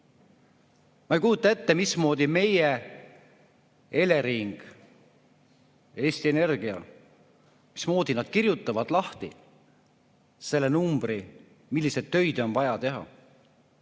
Ma ei kujuta ette, mismoodi meie Elering, Eesti Energia kirjutab lahti selle numbri, milliseid töid on vaja teha.